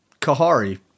Kahari